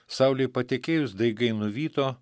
saulei patekėjus daigai nuvyto